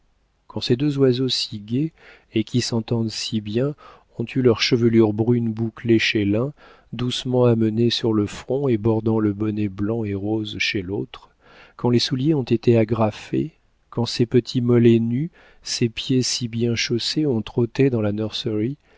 quand ces deux oiseaux si gais et qui s'entendent si bien ont eu leurs chevelures brunes bouclée chez l'un doucement amenée sur le front et bordant le bonnet blanc et rose chez l'autre quand les souliers ont été agrafés quand ces petits mollets nus ces pieds si bien chaussés ont trotté dans la